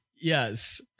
Yes